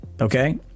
okay